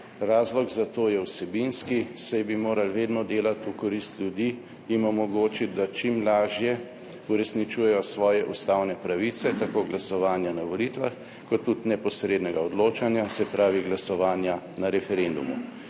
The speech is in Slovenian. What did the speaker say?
Razlog za to je vsebinski, saj bi morali vedno delati v korist ljudi, jim omogočiti, da čim lažje uresničujejo svoje ustavne pravice, tako glasovanja na volitvah kot tudi neposrednega odločanja, se pravi glasovanja na referendumu.